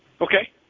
Okay